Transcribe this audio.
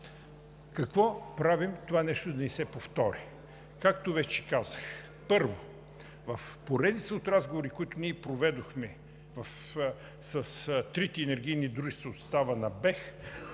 Какво правим това нещо да не се повтори? Както вече казах, първо, в поредица от разговори, които проведохме с трите енергийни дружества от състава на БЕХ,